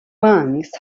ranks